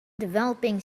developing